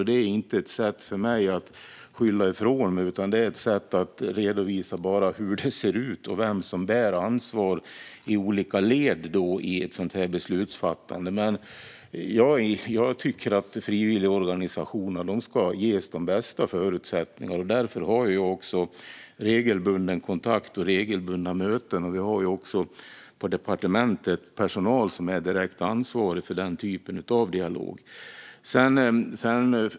Det här är inte ett sätt för mig att skylla ifrån mig, utan jag vill bara redovisa för hur det ser ut och vem som bär ansvar i olika led i ett beslutsfattande. Jag tycker att frivilligorganisationerna ska ges de bästa förutsättningarna. Därför har jag regelbunden kontakt och regelbundna möten. På departementet har vi också personal som är direkt ansvarig för den här dialogen.